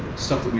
so